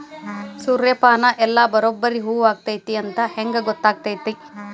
ಸೂರ್ಯಪಾನ ಎಲ್ಲ ಬರಬ್ಬರಿ ಹೂ ಆಗೈತಿ ಅಂತ ಹೆಂಗ್ ಗೊತ್ತಾಗತೈತ್ರಿ?